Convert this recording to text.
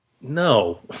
No